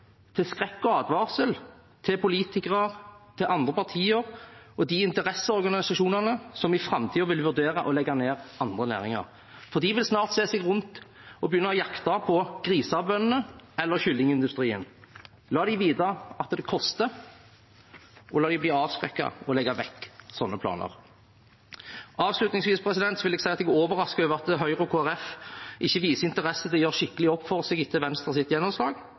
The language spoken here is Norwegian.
til skrekk og advarsel for politikere, andre partier og de interesseorganisasjonene som i framtiden vil vurdere å legge ned andre næringer, for de vil snart se seg rundt og begynne å jakte på grisebøndene eller kyllingindustrien. La dem vite at det koster, og la dem bli avskrekket og legge vekk sånne planer. Avslutningsvis vil jeg si at jeg er overrasket over at Høyre og Kristelig Folkeparti ikke viser interesse for å gjøre skikkelig opp for seg etter Venstres gjennomslag.